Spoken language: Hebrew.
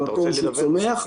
למקום שצומח.